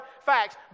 facts